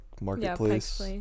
marketplace